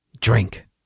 drink